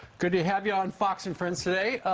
good to have you on fox and friends today.